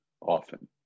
often